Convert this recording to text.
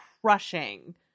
crushing